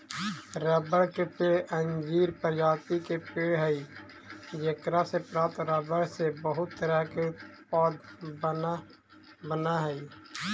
रबड़ के पेड़ अंजीर प्रजाति के पेड़ हइ जेकरा से प्राप्त रबर से बहुत तरह के उत्पाद बनऽ हइ